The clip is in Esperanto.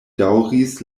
daŭris